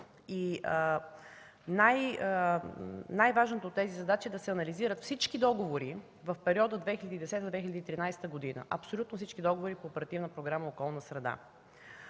Най-важното от тези задачи е да се анализират всички договори в периода 2010-2013 г., абсолютно всички договори по Оперативна програма „Околна среда”